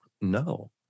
No